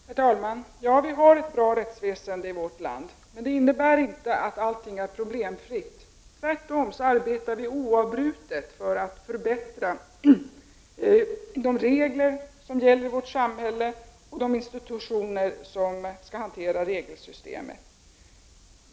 Herr talman! Ja, vi har ett bra rättssystem i vårt land. Men detta innebär inte att allting är problemfritt. Tvärtom, vi arbetar oförtrutet för att förbättra de regler som gäller i vårt samhälle och de institutioner som har att hantera regelsystemet.